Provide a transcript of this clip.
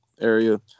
area